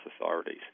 authorities